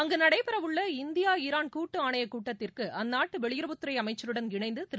அங்கு நடைபெறவுள்ள India Iran கூட்டு ஆணையக் கூட்டத்திற்கு அந்நாட்டு வெளியுறவுத்துறை அமைச்சருடன் இணைந்து திரு